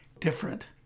different